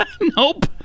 Nope